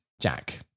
Jack